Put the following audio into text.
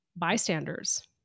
bystanders